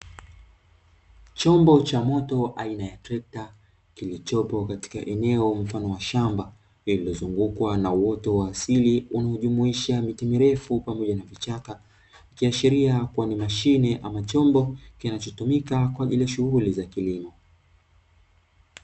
Chombo cha moto aina ya trekta kilichopo katika eneo mfano wa shamba lilizungukwa na wote wa asili unaojumuisha miti mirefu pamoja na vichaka, ikiashiria kuwa ni mashine ama chombo kinachotumika kwa ajili ya shughuli za kilimo.